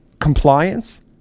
Compliance